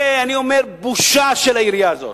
זה, אני אומר, בושה של העירייה הזאת,